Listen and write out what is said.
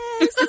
yes